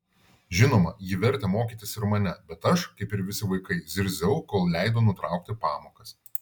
žinoma ji vertė mokytis ir mane bet aš kaip ir visi vaikai zirziau kol leido nutraukti pamokas